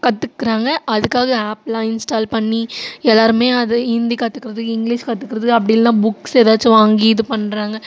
கற்றுக்குறாங்க அதுக்காக ஆபெல்லாம் இன்ஸ்ட்டால் பண்ணி எல்லாேருமே அது ஹிந்தி கற்றுக்கறது இங்கிலீஷ் கற்றுக்கறது அப்படி இல்லைன்னா புக்ஸ் ஏதாச்சு வாங்கி இது பண்ணுறாங்க